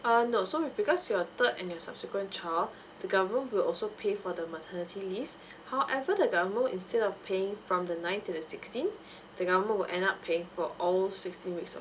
err no so with regard to your third and your subsequent child the government will also pay for the maternity leave however the government instead of paying from the ninth to the sixteenth the government will end up pay for all sixteen weeks